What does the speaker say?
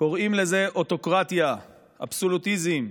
קוראים לזה אוטוקרטיה, אבסולוטיזם,